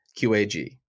QAG